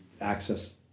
access